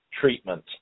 treatment